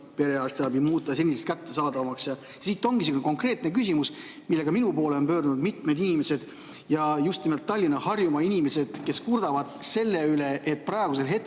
perearstiabi muuta senisest kättesaadavamaks. Siit see konkreetne küsimus, millega minu poole on pöördunud mitmed inimesed, just nimelt Tallinna ja Harjumaa inimesed, kes kurdavad selle üle, et praegu ei